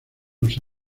los